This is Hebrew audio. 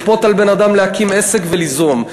וזה לכפות על בן-אדם להקים עסק וליזום.